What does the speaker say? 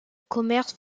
commerce